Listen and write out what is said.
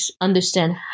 understand